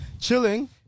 Chilling